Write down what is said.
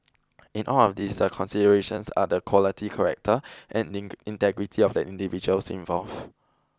in all of these the considerations are the quality character and in integrity of the individuals involved